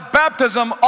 baptism